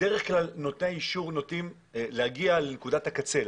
בדרך כלל נותני האישור נוטים להגיע לנקודת הקצה,